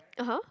(uh huh)